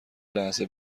لحظه